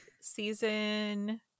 Season